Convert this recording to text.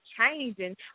changing